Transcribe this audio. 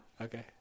Okay